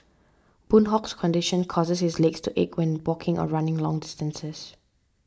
Boon Hock's condition causes his legs to ache when walking or running long distances